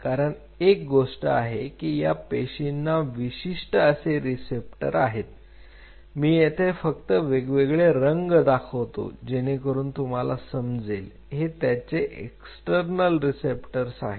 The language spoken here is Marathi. कारण एक गोष्ट म्हणजे कि या पेशींना विशिष्ट असे रिसिप्टर आहेत मी येथे फक्त वेगवेगळे रंग दाखवतो जेणेकरून तुम्हाला समजेल हे त्याचे एक्स्टर्नल रिसप्टरस आहेत